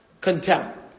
contempt